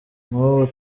nk’ubu